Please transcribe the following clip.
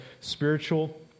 spiritual